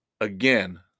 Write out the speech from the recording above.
again